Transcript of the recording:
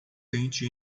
tente